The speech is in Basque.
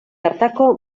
hartako